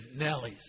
nellies